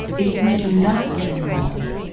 if we do not get involved,